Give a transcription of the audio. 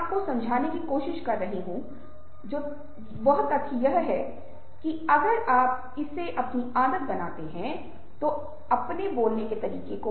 आप किसी से नाराज़ हैं क्योंकि कोई व्यक्ति किसी विशेष संदर्भ में सफल रहा है